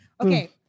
Okay